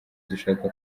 dushaka